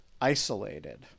isolated